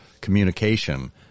communication